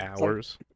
hours